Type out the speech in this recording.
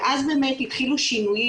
ואז באמת התחילו שינויים.